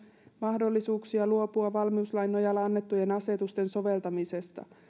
mahdollisuuksia luopua valmiuslain nojalla annettujen asetusten soveltamisesta